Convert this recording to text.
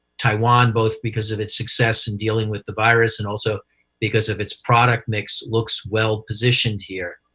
taiwan both because of its success in dealing with the virus and also because of its product mix looks well positioned here.